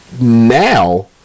now